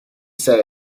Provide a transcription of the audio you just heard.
say